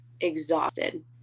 exhausted